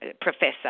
professor